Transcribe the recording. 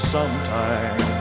Sometime